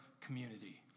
community